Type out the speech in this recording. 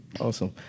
Awesome